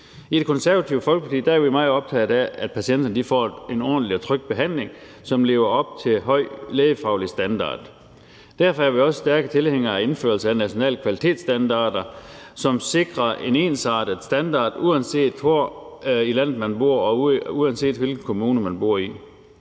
I Det Konservative Folkeparti er vi meget optaget af, at patienterne får en ordentlig og tryg behandling, som lever op til høj lægefaglig standard. Derfor er vi også stærke tilhængere af indførelse af nationale kvalitetsstandarder, som sikrer en ensartet standard, uanset hvor i landet man bor, og uanset hvilken kommune man bor i.